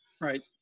right